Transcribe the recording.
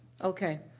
Okay